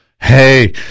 Hey